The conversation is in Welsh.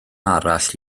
arall